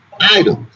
items